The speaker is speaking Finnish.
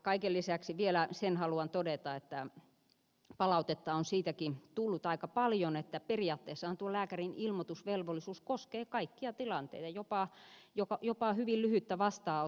kaiken lisäksi vielä sen haluan todeta että palautetta on siitäkin tullut aika paljon että periaatteessahan tuo lääkärin ilmoitusvelvollisuus koskee kaikkia tilanteita jopa hyvin lyhyttä vastaanottoa